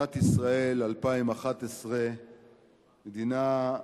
מדינת ישראל 2011, מדינה,